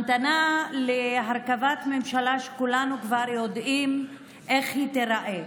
המתנה להרכבת ממשלה שכולנו כבר יודעים איך היא תיראה.